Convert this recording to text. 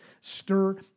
stir